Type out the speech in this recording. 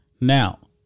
Now